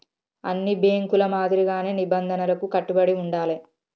అన్ని బ్యేంకుల మాదిరిగానే నిబంధనలకు కట్టుబడి ఉండాలే